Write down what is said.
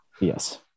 yes